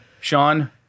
Sean